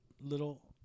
little